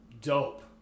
Dope